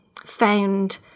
found